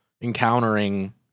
encountering